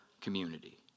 community